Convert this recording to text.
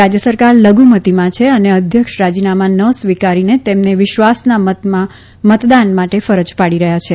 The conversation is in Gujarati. રાજય સરકાર લધુમતિમાં છે અને અધ્યક્ષ રાજીનામાં ન સ્વીકારીને તેમને વિશ્વાસના મતમાં મતદાન માટે ફરજ પાડી રહ્યા છે